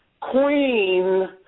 queen